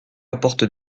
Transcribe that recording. apporte